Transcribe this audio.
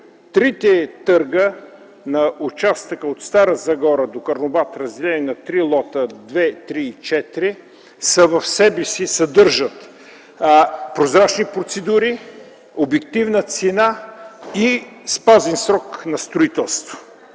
трите търга на участъка от Стара Загора до Карнобат, разделени на три лота – 2, 3 и 4, съдържат в себе си прозрачни процедури, обективна цена и спазен срок на строителството.